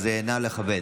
אז נא לכבד.